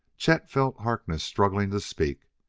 chet felt harkness struggling to speak.